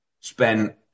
spent